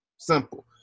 simple